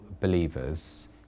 believers